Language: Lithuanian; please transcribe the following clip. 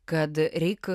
kad reik